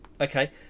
okay